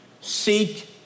Seek